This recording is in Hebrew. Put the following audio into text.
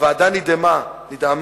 "הוועדה נדהמה